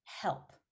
help